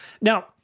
Now